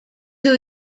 two